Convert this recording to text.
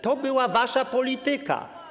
To była wasza polityka.